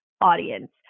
audience